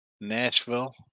Nashville